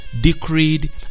decreed